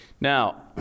Now